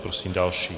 Prosím další.